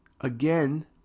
Again